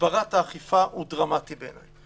הגברת האכיפה הוא דרמטי בעיניי.